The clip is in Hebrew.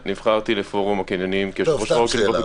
שאנשים לא יצטרכו לנסוע מרחק גדול ולהצטופף